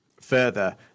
Further